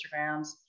Instagrams